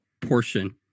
portion